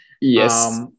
Yes